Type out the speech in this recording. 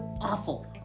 awful